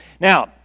Now